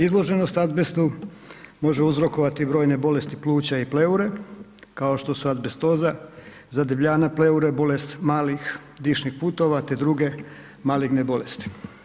Izloženost azbestu može uzrokova brojne bolesti pluća i pleure, kao što su azbestoza, zadebljanja pleure, bolest malih dišnih putova te druge maligne bolesti.